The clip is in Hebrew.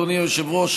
אדוני היושב-ראש,